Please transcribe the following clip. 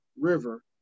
river